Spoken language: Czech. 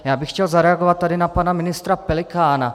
Já bych chtěl zareagovat tady na pana ministra Pelikána.